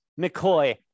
McCoy